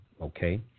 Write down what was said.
okay